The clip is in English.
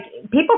people